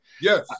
Yes